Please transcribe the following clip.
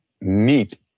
meet